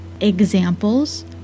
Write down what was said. Examples